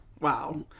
Wow